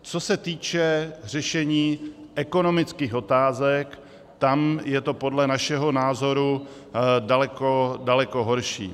Co se týče řešení ekonomických otázek, tam je to podle našeho názoru daleko horší.